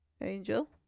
Angel